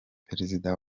perezida